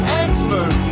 expert